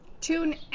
Tune